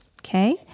okay